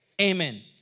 Amen